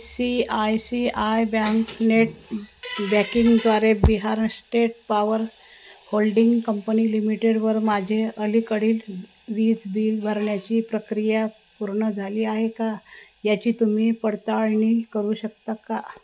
C I C I bank net बॅकिंगद्वारे Bihar state power holding company लिमिटेडवर माझे अलीकडील वीज बिल भरण्याची प्रक्रिया पूर्ण झाली आहे का याची तुम्ही पडताळणी करू शकता का